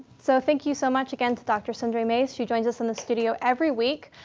so thank you so much again to dr. sundri mase. she joins us in the studio every week,